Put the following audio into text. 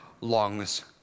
lungs